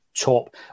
top